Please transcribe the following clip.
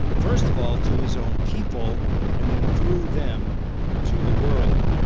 first of all, to his own people and then through them to the world.